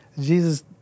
Jesus